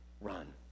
run